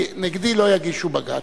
כי נגדי לא יגישו בג"ץ,